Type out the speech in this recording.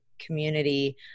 community